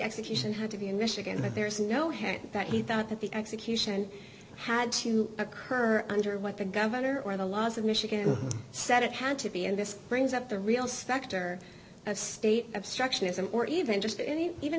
execution had to be in michigan and there's no hint that he thought that the execution had to occur under what the governor or the laws of michigan said it had to be and this brings up the real specter of state obstructionism or even just any even